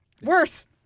Worse